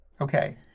Okay